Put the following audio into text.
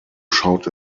schaut